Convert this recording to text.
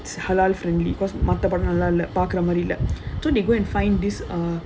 halal friendly because like மத்த ரெண்டு பேரும் பாக்குற மாதிரி இல்ல:matha rendu perum paakura maadhiri illa so they go and find this uh